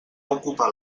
ocupar